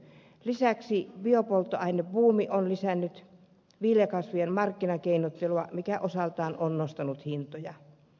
lisäksi biopolttoainebuumi on lisännyt markkinakeinottelua viljakasveilla mikä osaltaan on nostanut hintoja